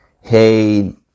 hey